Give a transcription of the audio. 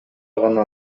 гана